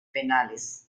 penales